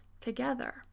together